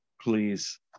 please